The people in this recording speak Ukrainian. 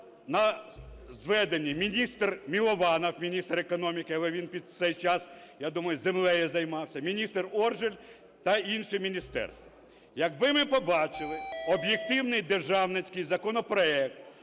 на зведенні міністр Милованов, міністр економіки, але він в цей час, я думаю, землею займався, міністр Оржель та інші міністерства. Якби ми побачили об'єктивний державницький законопроект,